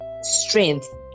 strength